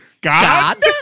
God